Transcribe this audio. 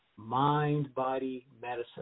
Mind-body-medicine